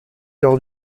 lors